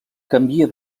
canvia